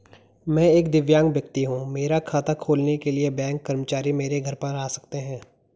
मैं एक दिव्यांग व्यक्ति हूँ मेरा खाता खोलने के लिए बैंक कर्मचारी मेरे घर पर आ सकते हैं?